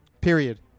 Period